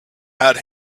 had